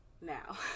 Now